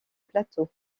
plateau